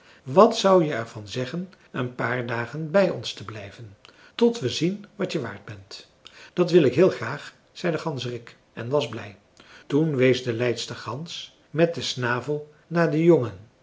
wat zou je er van zeggen een paar dagen bij ons te blijven tot we zien wat je waard bent dat wil ik heel graag zei de ganzerik en was blij toen wees de leidster gans met den snavel naar den jongen